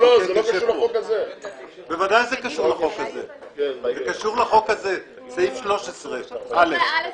זה קשור לחוק הזה סעיף 13א. לא,